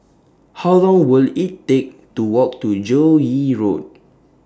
How Long Will IT Take to Walk to Joo Yee Road